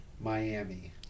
Miami